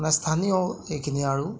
স্থানীয় এইখিনি আৰু